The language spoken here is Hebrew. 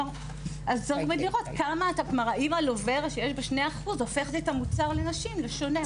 אז צריך לראות האם אלוורה שיש במוצר 2% הופכת את המוצר לשונה.